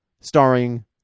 starring